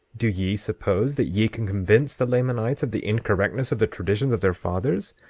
do ye suppose that ye can convince the lamanites of the incorrectness of the traditions of their fathers,